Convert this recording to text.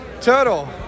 Turtle